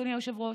אדוני היושב-ראש?